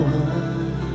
one